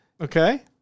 Okay